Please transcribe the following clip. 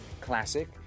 classic